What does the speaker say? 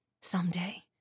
Someday